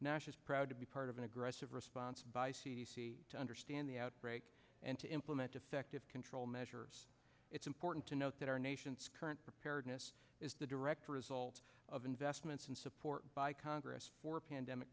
is proud to be part of an aggressive response by c d c to understand the outbreak and to implement effective control measures it's important to note that our nation's current preparedness is the direct result of investments and support by congress for pandemic